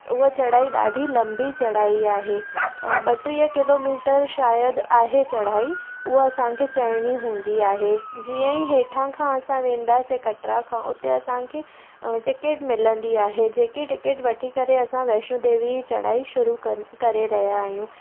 हूअ चढ़ाई ॾाढी लम्बी चढ़ाई आहे ॿटीअ किलोमीटर शायदि आहे चढ़ाई उहा असांखे चढ़िणी हूंदी आहे जीअं ई हेठां खां असां वेंदासीं कटरा खां उते असांखे टिकिट मिलंदी आहे जेके टिकिट वठी करे असां वैष्नो देवी जी चढ़ाई शुरू क करे रहिया आहियूं